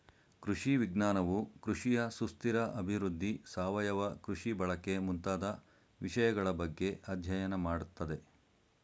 ಕೃಷಿ ವಿಜ್ಞಾನವು ಕೃಷಿಯ ಸುಸ್ಥಿರ ಅಭಿವೃದ್ಧಿ, ಸಾವಯವ ಕೃಷಿ ಬಳಕೆ ಮುಂತಾದ ವಿಷಯಗಳ ಬಗ್ಗೆ ಅಧ್ಯಯನ ಮಾಡತ್ತದೆ